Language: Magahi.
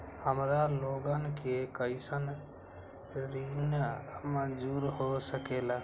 हमार लोगन के कइसन ऋण मंजूर हो सकेला?